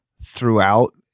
throughout